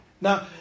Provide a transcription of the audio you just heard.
Now